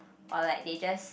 or like they just